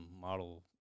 model